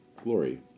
glory